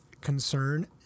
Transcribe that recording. concern